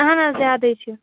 اہن حظ یادٕے چھِ